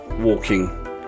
walking